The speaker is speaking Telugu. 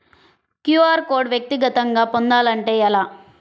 క్యూ.అర్ కోడ్ వ్యక్తిగతంగా పొందాలంటే ఎలా?